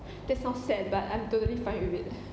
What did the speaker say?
that's sound sad but I'm totally fine with it